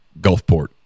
Gulfport